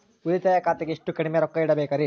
ಉಳಿತಾಯ ಖಾತೆಗೆ ಎಷ್ಟು ಕಡಿಮೆ ರೊಕ್ಕ ಇಡಬೇಕರಿ?